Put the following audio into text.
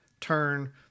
Turn